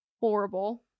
Horrible